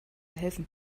helfen